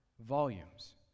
volumes